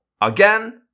Again